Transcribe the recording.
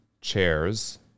chairs